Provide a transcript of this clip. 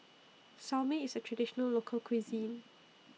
Salami IS A Traditional Local Cuisine